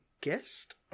guest